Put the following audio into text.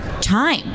time